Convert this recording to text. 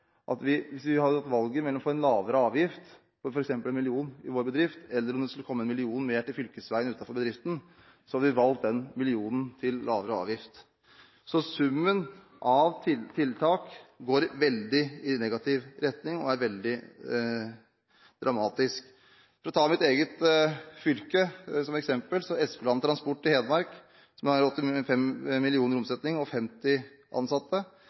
Hvis vi hadde hatt valget mellom å få en lavere avgift – på f.eks. 1 mill. kr i vår bedrift – og om det skulle komme 1 mill. kr mer til fylkesveien utenfor bedriften, hadde vi valgt lavere avgift. Så summen av tiltak går i negativ retning og er veldig dramatisk. Fra mitt eget fylke kan jeg ta Espeland transport som eksempel. De har 85 mill. kr i omsetning og 50 ansatte.